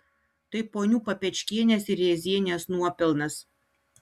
tai ponių papečkienės ir rėzienės nuopelnas